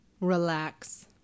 relax